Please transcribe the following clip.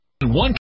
One